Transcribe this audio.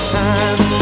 time